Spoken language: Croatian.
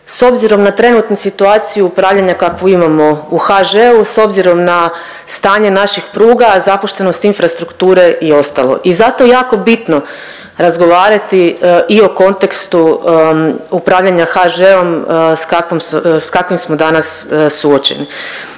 s obzirom na trenutnu situaciju upravljanja kakvu imamo u HŽ-u s obzirom na stanje naših pruga, zapuštenost infrastrukture i ostalo i zato je jako bitno razgovarati i o kontekstu upravljanja HŽ-om s kakvim smo danas suočeni